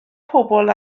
pobl